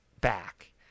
back